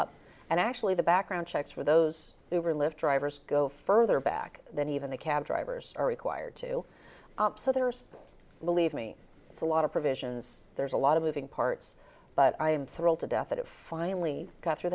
up and actually the background checks for those who are live drivers go further back than even the cab drivers are required to so there's believe me it's a lot of provisions there's a lot of moving parts but i am thrilled to death that if finally got through